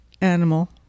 animal